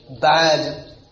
bad